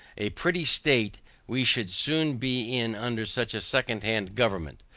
a pretty state we should soon be in under such a second-hand government,